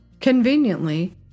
conveniently